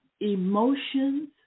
emotions